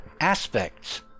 aspects